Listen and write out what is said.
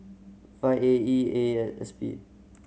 five A E A eight S P